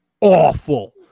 awful